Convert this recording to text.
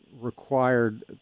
required